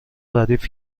ردیف